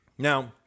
Now